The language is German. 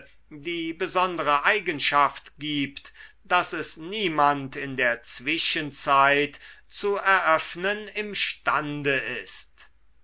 die besondere eigenschaft gibt daß es niemand in der zwischenzeit zu er öffnen imstande ist